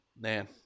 Man